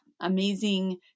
amazing